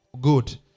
Good